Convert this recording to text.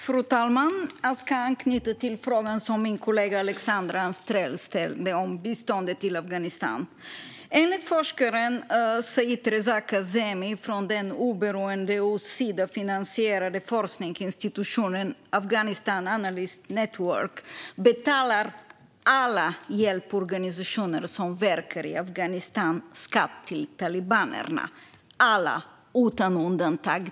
Fru talman! Jag ska anknyta till frågan som min kollega Alexandra Anstrell ställde om biståndet till Afghanistan. Enligt forskaren Said Reza Kazemi från den oberoende och Sidafinansierade forskningsinstitutionen Afghanistan Analysts Network betalar alla hjälporganisationer som verkar i Afghanistan skatt till talibanerna. Alla, utan undantag.